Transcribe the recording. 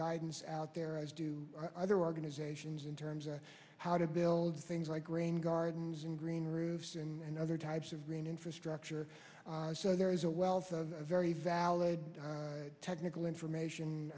guidance out there as do either organizations in terms of how to build things like grain gardens and green roofs and other types of green infrastructure so there is a wealth of very valid technical information